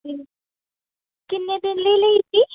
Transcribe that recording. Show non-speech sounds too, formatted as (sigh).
(unintelligible) ਕਿੰਨੇ ਦਿਨ ਲਈ ਲਈ ਸੀ